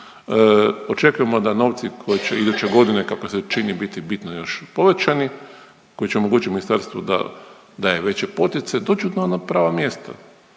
Očekujemo da novci koji će iduće godine kako se čini biti bitno još povećani koji će omogućiti ministarstvu da daje veće poticaje dođu na ona prava mjesta,